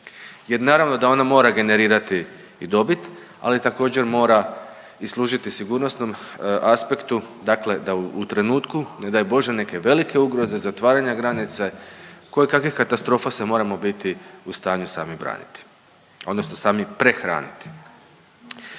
jer naravno da ona mora generirati i dobit, ali također mora služiti i sigurnosnom aspektu, dakle da u trenutku ne daj bože neke velike ugroze, zatvaranja granice, kojekakvih katastrofa se moramo biti u stanju sami braniti, odnosno sami prehraniti.